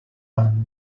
man